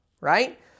right